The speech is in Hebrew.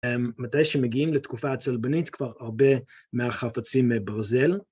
מתי שמגיעים לתקופה הצלבנית כבר הרבה מהחפצים ברזל.